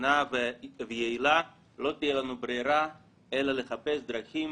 כנה ויעילה, לא תהיה לנו ברירה אלא לחפש דרכים